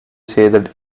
say